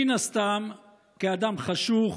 מן הסתם אדם חשוך,